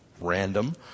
random